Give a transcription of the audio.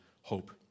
hope